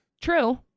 True